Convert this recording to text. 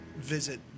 visit